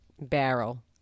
Barrel